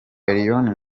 elion